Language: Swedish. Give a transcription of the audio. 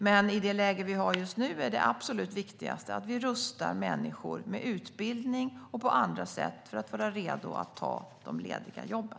Men i det läge som vi har just nu är det absolut viktigaste att rusta människor med utbildning och på andra sätt för att göra dem redo att ta de lediga jobben.